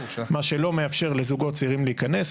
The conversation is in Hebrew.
מה שלא מאפשר לזוגות צעירים להיכנס.